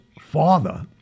father